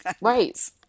Right